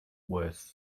worse